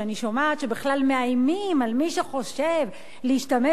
שאני שומעת שבכלל מאיימים על מי שחושב להשתמש